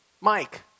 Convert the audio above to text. Mike